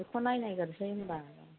बेखौ नायनायगोरनोसै होमबा